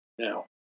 now